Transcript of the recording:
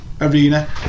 Arena